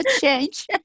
change